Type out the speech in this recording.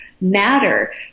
matter